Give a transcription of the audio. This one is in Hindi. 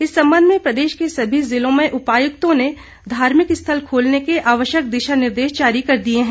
इस संबंध में प्रदेश के सभी जिलों में जिला उपायुक्तों ने धार्मिक स्थल खोलने के आवश्यक दिशा निर्देश जारी कर दिए हैं